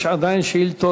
יש עדיין שאילתה